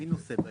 מי נושא בהן?